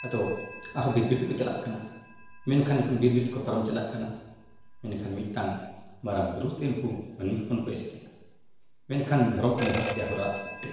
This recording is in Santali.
ᱟᱫᱚ ᱟᱨᱦᱚᱸ ᱵᱤᱨ ᱵᱤᱨ ᱛᱮᱠᱚ ᱪᱟᱟᱜ ᱠᱟᱱᱟ ᱢᱮᱱᱠᱷᱟᱱ ᱡᱚᱠᱷᱚᱱ ᱵᱤᱨ ᱵᱤᱨ ᱛᱮᱠᱚ ᱯᱟᱨᱚᱢ ᱪᱟᱞᱟᱜ ᱠᱟᱱᱟ ᱢᱮᱱᱠᱷᱟᱱ ᱢᱤᱫᱴᱟᱝ ᱢᱟᱨᱟᱝ ᱵᱩᱨᱩ ᱥᱮ ᱩᱱᱠᱩ ᱢᱟᱹᱱᱢᱤ ᱦᱚᱯᱚᱱ ᱠᱚ ᱮᱥᱮᱫ ᱮᱱᱟ ᱢᱮᱱᱠᱷᱟᱱ ᱫᱷᱚᱨᱚᱢ ᱠᱚ ᱱᱮᱦᱚᱨ ᱠᱮᱫᱮᱭᱟ ᱦᱚᱲ ᱨᱟᱜ ᱦᱚᱛᱮᱡ ᱛᱮ